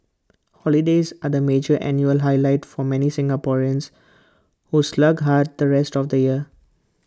holidays are the major annual highlight for many Singaporeans who slog hard the rest of the year